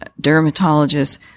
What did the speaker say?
dermatologist